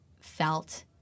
felt